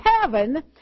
heaven